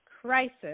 crisis